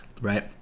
Right